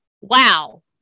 wow